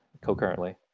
concurrently